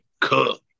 Cook